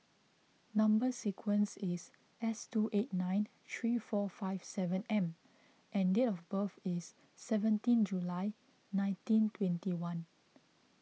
Number Sequence is S two eight nine three four five seven M and date of birth is seventeen July nineteen twenty one